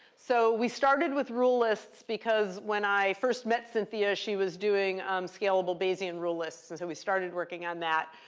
so we started with rule lists because when i first met cynthia, she was doing scalable bayesian rule lists, and so we started working on that.